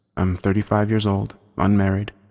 i'm thirty five years old, unmarried,